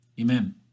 Amen